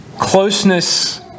closeness